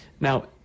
Now